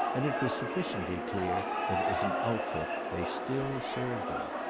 and it was sufficiently clear that, as an outfit, they still served him.